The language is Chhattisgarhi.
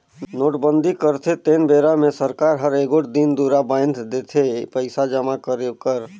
नोटबंदी करथे तेन बेरा मे सरकार हर एगोट दिन दुरा बांएध देथे पइसा जमा करे कर